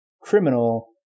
criminal